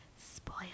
Spoil